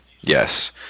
Yes